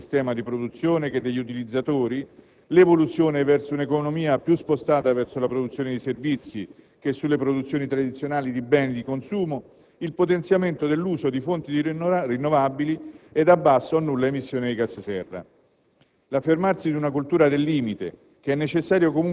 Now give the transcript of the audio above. un'azione efficace sul terreno dell'efficientamento sia del sistema di produzione che degli utilizzatori; l'evoluzione verso un'economia più spostata verso la produzione di servizi che sulle produzioni tradizionali di beni di consumo; il potenziamento dell'uso di fonti rinnovabili e a bassa o nulla emissione di gas serra;